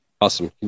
Awesome